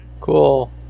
cool